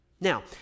Now